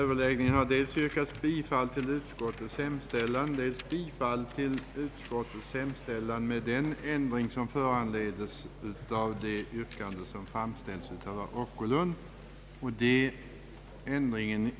Herr talman! Jag ber att få yrka bifall till utskottets hemställan. befrielsefront .